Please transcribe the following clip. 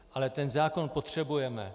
Ale ten zákon potřebujeme.